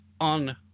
on